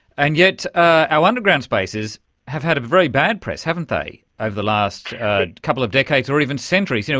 and yet ah our underground spaces have had a very bad press, haven't they, over the last couple of decades or even centuries. you know,